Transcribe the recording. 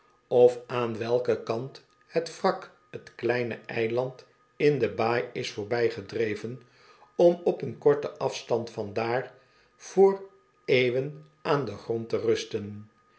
of aan welken kant het wrak t kleine eiland in de baai is voorbijgedreven om op een korten afstand van daar voor eeuwen aan den grond te rusten